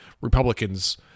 Republicans